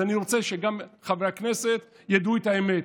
אז אני רוצה שגם חברי הכנסת ידעו את האמת: